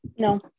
No